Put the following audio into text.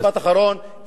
משפט אחרון.